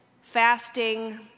fasting